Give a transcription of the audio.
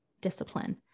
discipline